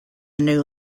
new